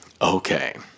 Okay